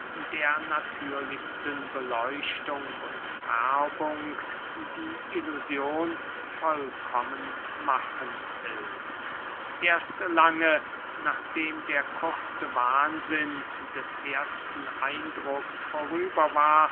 der natürlichsten beleuchtung und färbung die illusion vollkommen machen hilft erst lange nachdem der kurze wahnsinn des ersten eindrucks vorüber war